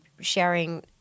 sharing